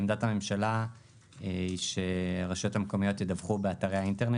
עמדת הממשלה היא שהרשויות המקומיות ידווחו באתרי האינטרנט